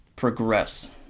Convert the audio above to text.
Progress